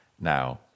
now